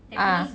ah